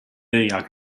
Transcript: jak